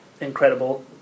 incredible